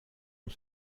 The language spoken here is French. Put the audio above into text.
ont